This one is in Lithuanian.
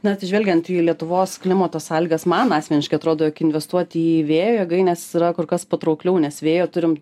na atsižvelgiant į lietuvos klimato sąlygas man asmeniškai atrodo jog investuot į vėjo jėgaines yra kur kas patraukliau nes vėjo turim